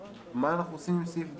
מה אנחנו עושים עם סעיף (ג)?